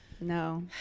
No